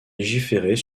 légiférer